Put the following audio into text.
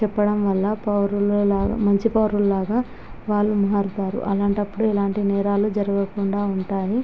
చెప్పడంవల్ల పౌరులా మంచి పౌరులులాగా వాళ్ళు మారుతారు అలాంటప్పుడు ఎలాంటి నేరాలు జరగకుండా ఉంటాయి